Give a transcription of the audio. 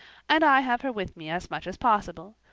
and i have her with me as much as possible,